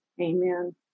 Amen